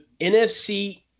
NFC